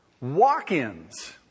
Walk-ins